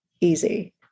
easy